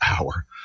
hour